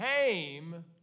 came